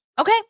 okay